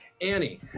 Annie